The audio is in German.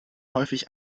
häufig